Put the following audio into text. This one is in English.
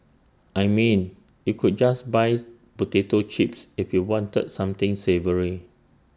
I mean you could just buy potato chips if you wanted something savoury